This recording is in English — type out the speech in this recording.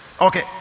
Okay